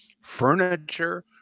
furniture